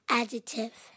adjective